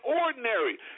ordinary